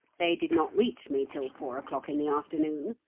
they did not reach me till four o'clock in the afternoon.